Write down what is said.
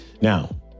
Now